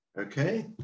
okay